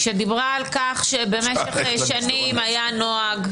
-- שדיברה על כך שבמשך שנים היה נוהג,